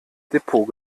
depot